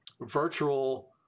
virtual